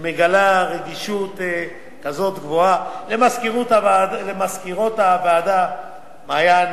שמגלה רגישות כזאת גבוהה, מזכירות הוועדה מעיין,